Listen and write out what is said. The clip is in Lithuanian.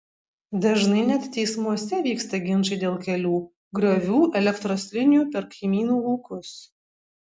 dažnai net teismuose vyksta ginčai dėl kelių griovių elektros linijų per kaimynų laukus